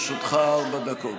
לרשותך ארבע דקות.